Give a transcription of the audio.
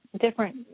different